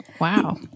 Wow